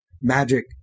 Magic